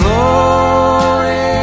Glory